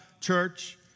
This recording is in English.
church